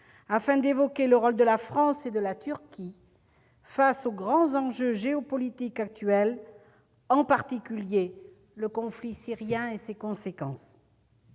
afin d'évoquer le rôle de la France et de la Turquie face aux grands enjeux géopolitiques actuels, en particulier le conflit syrien et ses conséquences.